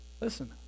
Listen